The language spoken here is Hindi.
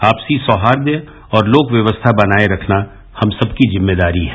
आपसी सौहार्द्र और लोक व्यवस्था बनाए रखना हम सबकी जिम्मेदारी है